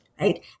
right